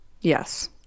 yes